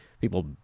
people